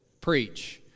Preach